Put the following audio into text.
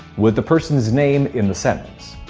with the person's name in the sentence.